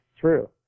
true